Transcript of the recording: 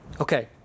Okay